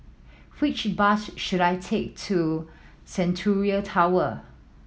which bus should I take to Centennial Tower